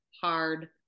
hard